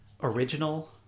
original